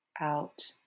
out